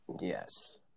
Yes